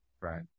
Right